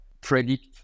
predict